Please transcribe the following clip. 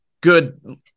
good